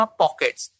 pockets